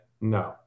No